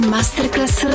Masterclass